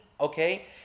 Okay